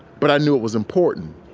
but i knew it was important.